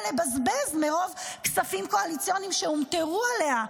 לבזבז מרוב כספים קואליציוניים שהומטרו עליה.